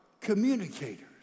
communicators